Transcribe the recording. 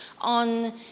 on